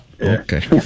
Okay